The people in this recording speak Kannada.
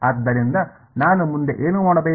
ಆದ್ದರಿಂದ ನಾನು ಮುಂದೆ ಏನು ಮಾಡಬೇಕು